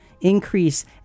increase